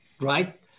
right